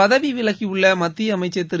பதவி விலகியுள்ள மத்திய அமைச்ச் திரு